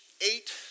eight